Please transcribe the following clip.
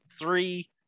three